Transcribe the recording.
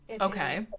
Okay